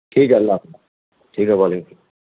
ٹھیک ہے اللہ حافظ ٹھیک ہے وعلیکم